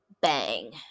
bang